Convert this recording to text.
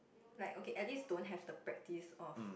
like okay at least don't have the practice of